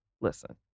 listen